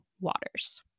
waters